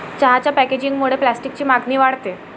चहाच्या पॅकेजिंगमुळे प्लास्टिकची मागणी वाढते